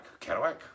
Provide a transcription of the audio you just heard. Kerouac